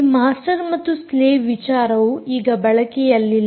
ಈ ಮಾಸ್ಟರ್ ಮತ್ತು ಸ್ಲೇವ್ ವಿಚಾರವು ಈಗ ಬಳಕೆಯಲ್ಲಿಲ್ಲ